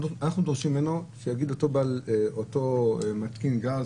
אנחנו דורשים ממנו שיגיד לאותו מתקין גז,